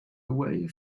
away